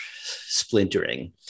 splintering